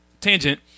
Tangent